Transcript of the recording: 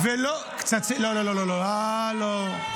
--- לא, לא, לא, הלו.